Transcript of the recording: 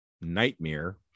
nightmare